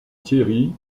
thierry